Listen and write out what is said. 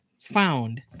found